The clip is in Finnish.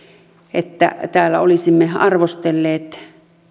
että täällä olisimme arvostelleet